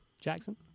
Jackson